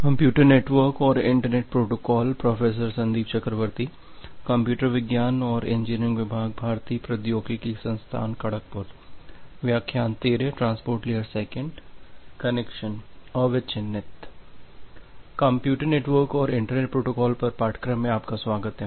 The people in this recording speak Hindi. कंप्यूटर नेटवर्क और इंटरनेट प्रोटोकॉल पर पाठ्यक्रम में आपका स्वागत है